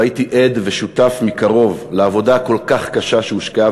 והייתי עד ושותף מקרוב לעבודה הכל-כך קשה שהושקעה